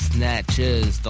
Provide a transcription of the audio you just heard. Snatches